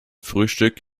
frühstück